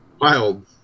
wild